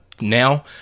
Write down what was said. now